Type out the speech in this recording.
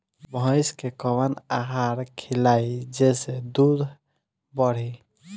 भइस के कवन आहार खिलाई जेसे दूध बढ़ी?